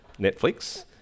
Netflix